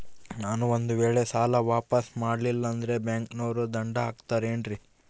ನಾನು ಒಂದು ವೇಳೆ ಸಾಲ ವಾಪಾಸ್ಸು ಮಾಡಲಿಲ್ಲಂದ್ರೆ ಬ್ಯಾಂಕನೋರು ದಂಡ ಹಾಕತ್ತಾರೇನ್ರಿ?